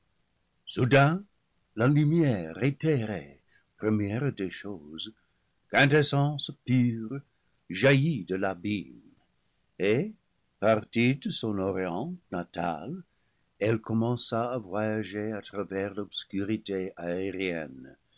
soudain la lumière éthérée première des choses quin tessence pure jaillit de l'abîme et partie de son orient natal elle commença à voyager à travers l'obscurité aérienne